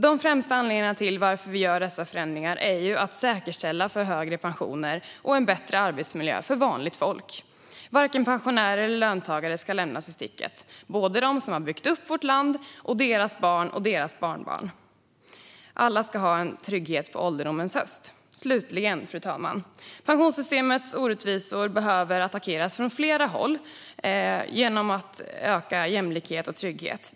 De främsta anledningarna till att vi gör dessa förändringar är att vi vill säkerställa högre pensioner och en bättre arbetsmiljö för vanligt folk. Varken pensionärer eller löntagare ska lämnas i sticket. Såväl de som har byggt upp vårt land som deras barn och barnbarn ska ha en trygghet på ålderns höst. Slutligen, fru talman: Pensionssystemets orättvisor behöver attackeras från flera håll genom ökad jämlikhet och trygghet.